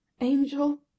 Angel